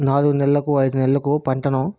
నాలుగు నెల్లకు ఐదు నెల్లకు పంటను